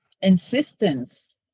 insistence